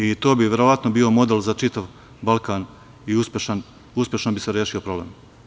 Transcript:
I to bi verovatno model za čitav Balkan i uspešno bi se rešio problem.